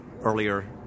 earlier